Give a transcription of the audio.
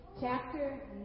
chapter